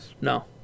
No